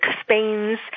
Spain's